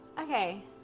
Okay